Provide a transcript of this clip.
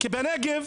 כי בנגב